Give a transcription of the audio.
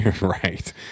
right